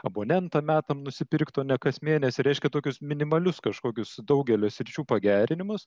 abonentą metam nusipirkt o ne kas mėnesį reiškia tokius minimalius kažkokius daugelio sričių pagerinimus